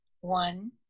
one